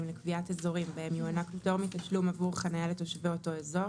לקביעת אזורים בהם יוענק פטור מתשלום עבור חניה לתושבי אותו אזור,